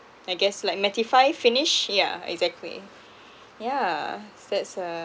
I guess like mattify finish yeah exactly yeah that's a